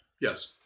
Yes